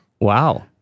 Wow